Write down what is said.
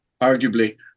arguably